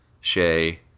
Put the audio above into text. Shay